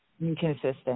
inconsistent